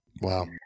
Wow